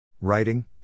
writing